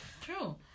True